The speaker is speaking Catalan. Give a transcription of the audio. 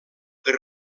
per